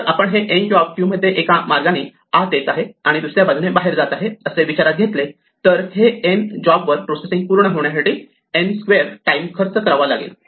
जर आपण हे n जॉब क्यू मध्ये एका मार्गाणे आत येत आहेत आणि दुसऱ्या बाजूने बाहेर जात आहे असे विचारात घेतले तर हे n जॉब वर प्रोसेसिंग पूर्ण होण्यासाठी n2 टाईम खर्च करावा लागेल